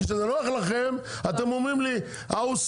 כשזה נוח לכם אתם אומרים לי ה-OECD,